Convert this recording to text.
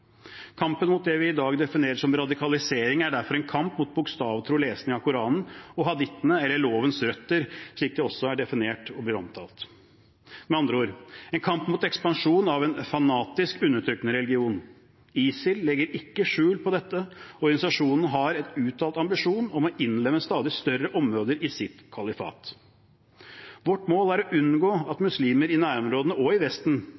Kampen mot det vi i dag definerer som radikalisering, er derfor en kamp mot bokstavtro lesning av Koranen, og av hadithene, eller «lovens røtter», slik det også er definert – med andre ord en kamp mot ekspansjon av en fanatisk, undertrykkende religion. ISIL legger ikke skjul på dette. Organisasjonen har en uttalt ambisjon om å innlemme stadig større områder i sitt kalifat. Vårt mål er å unngå at muslimer i nærområdene – og i Vesten